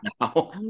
now